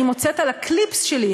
ואני מוצאת על הקליפס שלי,